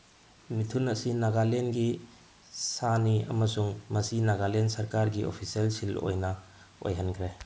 ꯃꯤꯊꯨꯟ ꯑꯁꯤ ꯅꯒꯥꯂꯦꯟꯒꯤ ꯁꯥꯅꯤ ꯑꯃꯁꯨꯡ ꯃꯁꯤ ꯅꯒꯥꯂꯦꯟ ꯁꯔꯀꯥꯔꯒꯤ ꯑꯣꯐꯤꯁꯦꯜ ꯁꯤꯜ ꯑꯣꯏꯅ ꯑꯣꯏꯍꯟꯈ꯭ꯔꯦ